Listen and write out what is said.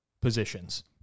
positions